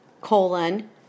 colon